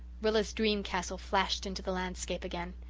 rilla's dream castle flashed into the landscape again.